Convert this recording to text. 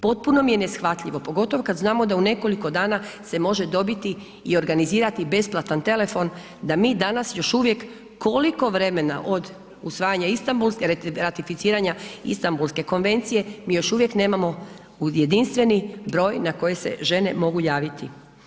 Potpuno mi je neshvatljivo pogotovo kad znamo da u nekoliko dana se može dobiti i organizirati besplatan telefon, da mi danas još uvijek koliko vremena od usvajanja Istanbulske, ratificiranja Istanbulske konvencije, mi još uvijek nemamo jedinstveni broj na koji se žene mogu javiti.